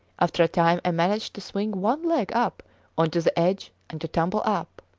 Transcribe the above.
after a time i managed to swing one leg up on to the edge and to tumble up.